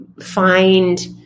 find